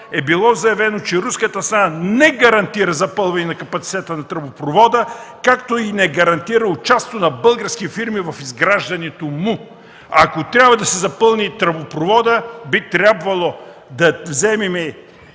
е било заявено, че руската страна не гарантира запълване на капацитета на тръбопровода, както и не гарантира участието на български фирми в изграждането му. Ако трябва да се запълни тръбопроводът, би трябвало да вземем